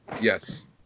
Yes